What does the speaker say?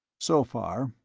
so far,